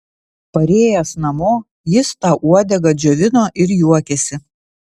parėjęs namo jis tą uodegą džiovino ir juokėsi